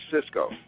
Cisco